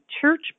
church